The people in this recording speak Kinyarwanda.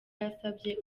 yasabye